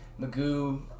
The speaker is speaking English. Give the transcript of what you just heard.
Magoo